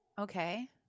okay